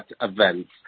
events